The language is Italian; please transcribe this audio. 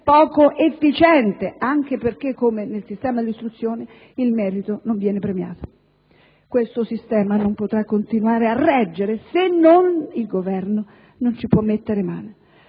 poco efficiente, anche perché, come nel sistema di istruzione, il merito non viene premiato. Questo sistema non potrà continuare a reggere se il Governo non mette mano